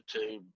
YouTube